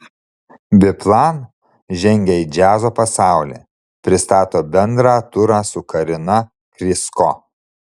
biplan žengia į džiazo pasaulį pristato bendrą turą su karina krysko